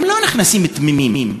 הם לא נכנסים תמימים.